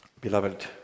Beloved